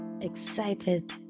excited